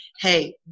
hey